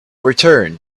return